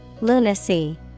Lunacy